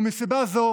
ומסיבה זו